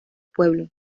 pueblo